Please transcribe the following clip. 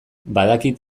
badakit